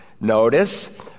Notice